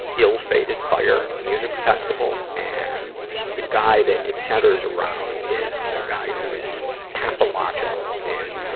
ill-fated fyre musical festival. and the guy that it centers around is a guy who is pathological in